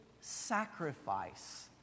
sacrifice